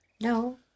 no